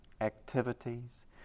activities